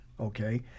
Okay